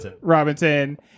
robinson